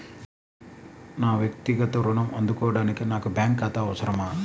నా వక్తిగత ఋణం అందుకోడానికి నాకు బ్యాంక్ ఖాతా అవసరమా?